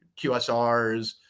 QSRs